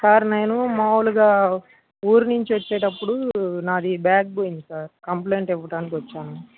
sir నేను మామూలుగా ఊరు నుంచి వచ్చేటప్పుడు నాది బ్యాగ్ పోయింది సార్ కంప్లయింట్ ఇవ్వడానికి వచ్చాను